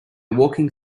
walking